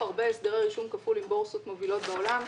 הרבה הסדרי רישום כפול עם בורסות מובילות בעולם.